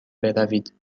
بروید